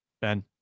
Ben